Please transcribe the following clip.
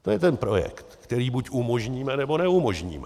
To je ten projekt, který buď umožníme, nebo neumožníme.